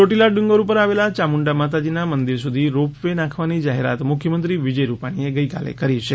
ચોટીલા ડુંગર ઉપર આવેલા યામુંડા માતાજીના મંદિર સુધી રોપ વે નાંખવાની જાહેરાત મુખ્યમંત્રી વિજય રૂપાણીએ ગઇકાલે કરી છે